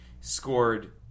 scored